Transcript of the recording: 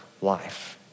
life